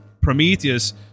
Prometheus